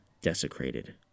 desecrated